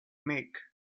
mick